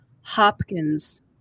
Hopkins